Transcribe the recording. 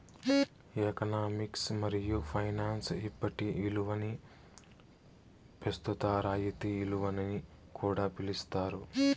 economics మరియు finance ఇప్పటి ఇలువని పెస్తుత రాయితీ ఇలువని కూడా పిలిస్తారు